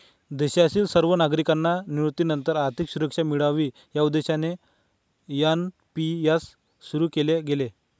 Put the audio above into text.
देशातील सर्व नागरिकांना निवृत्तीनंतर आर्थिक सुरक्षा मिळावी या उद्देशाने एन.पी.एस सुरु केले गेले